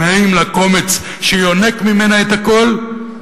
האם לקומץ שיונק ממנה את הכול,